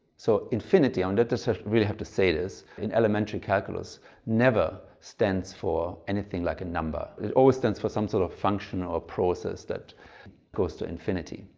so infinity and i so really have to say this, in elementary calculus never stands for anything like a number. it always stands for some sort of function or process that goes to infinity.